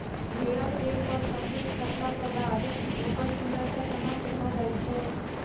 भेंड़क देहपर सॅ केश काटलाक बाद ओकर सुन्दरता समाप्त भ जाइत छै